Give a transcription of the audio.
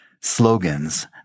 slogans